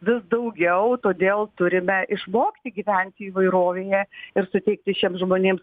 vis daugiau todėl turime išmokti gyventi įvairovėje ir suteikti šiems žmonėms